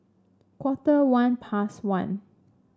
quarter one past one